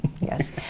yes